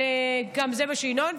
זה גם מה שינון,